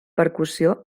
percussió